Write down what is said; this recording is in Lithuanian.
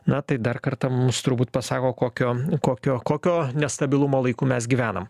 na tai dar kartą mums turbūt pasako kokio kokio kokio nestabilumo laiku mes gyvenam